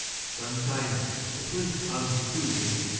sometimes the prince comes too late,